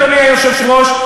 אדוני היושב-ראש,